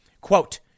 Quote